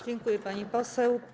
Dziękuję, pani poseł.